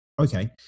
Okay